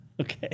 Okay